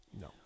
No